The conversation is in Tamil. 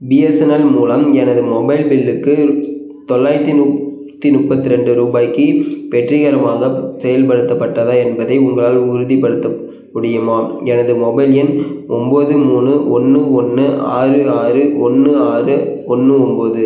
பிஎஸ்என்எல் மூலம் எனது மொபைல் பில்லுக்கு தொள்ளாயிரத்தி நூற்றி முப்பத்தி ரெண்டு ரூபாய்க்கு வெற்றிகரமாகச் செயல்படுத்தப்பட்டதா என்பதை உங்களால் உறுதிப்படுத்த முடியுமா எனது மொபைல் எண் ஒம்பது மூணு ஒன்று ஒன்று ஆறு ஆறு ஒன்று ஆறு ஒன்று ஒம்பது